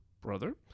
brother